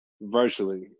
virtually